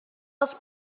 els